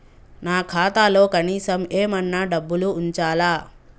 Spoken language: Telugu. నా ఖాతాలో కనీసం ఏమన్నా డబ్బులు ఉంచాలా?